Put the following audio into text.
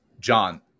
John